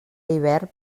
hivern